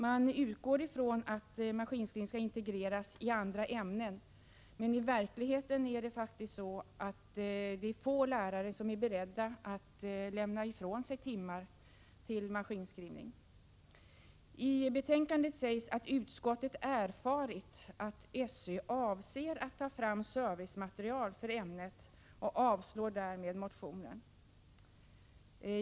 Man utgår från att maskinskrivning skall integreras i andra ämnen, men i verkligheten är det faktiskt få lärare som är beredda att lämna ifrån sig timmar till maskinskrivning. I betänkandet sägs, att utskottet har erfarit att SÖ avser att ta fram servicematerial för ämnet. Utskottet avstyrker därmed motionen.